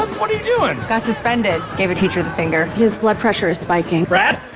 what are you doing? got suspended. gave a teacher the finger. his blood pressure's spiking. brad,